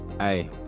Hey